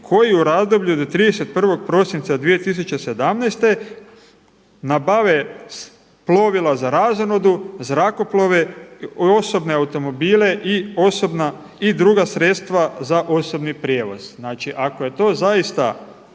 koji u razdoblju do 31. prosinca 2017. nabave plovila za razonodu, zrakoplove, osobne automobile i druga sredstva za osobni prijevoz. Znači ako je to zaista